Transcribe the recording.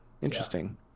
Interesting